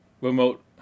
remote